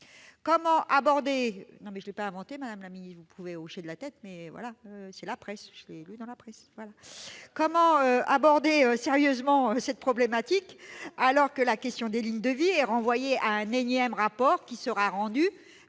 Comment aborder sérieusement cette problématique, alors que la question des lignes de vie est renvoyée à un énième rapport qui sera rendu,